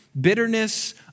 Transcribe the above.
bitterness